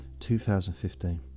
2015